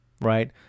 right